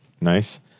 Nice